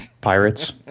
Pirates